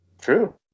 true